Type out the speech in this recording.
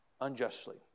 unjustly